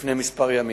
לפני כמה ימים.